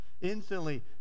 Instantly